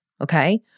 okay